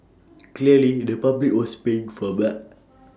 clearly the public was baying for blood